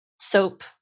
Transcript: soap